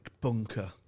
Bunker